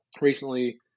recently